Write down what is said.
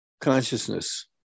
consciousness